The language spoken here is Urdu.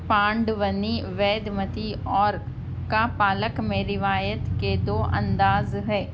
پانڈونی ویدمتی اورگ کا پالک میں روایت کے دو انداز ہے